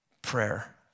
prayer